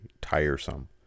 tiresome